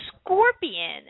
scorpion